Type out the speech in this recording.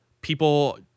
people